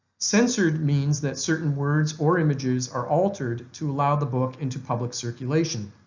censored means that certain words or images are altered to allow the book into public circulation.